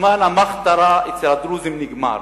זמן ה"מכתרה" אצל הדרוזים נגמר.